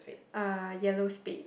uh yellow spade